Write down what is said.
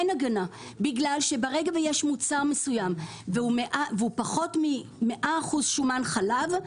אין הגנה מכיוון שברגע שיש מוצר מסוים והוא פחות מ-100% שומן חלב,